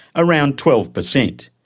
around twelve percent.